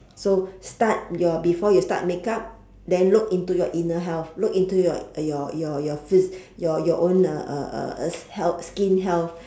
so start your before you start makeup then look into your inner health look into your your your your phys~ your your your own uh uh uh uh health skin health